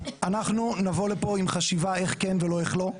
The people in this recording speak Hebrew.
אנחנו נבוא לפה עם חשיבה איך כן ולא איך לא,